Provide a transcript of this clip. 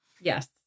Yes